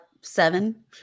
seven